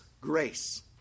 grace